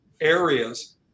areas